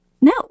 No